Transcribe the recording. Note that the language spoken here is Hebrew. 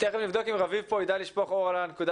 נבדוק אם רביב כאן ואולי הוא ידע לשפוך אור על הנקודה